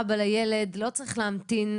אב לילד לא צריך להמתין.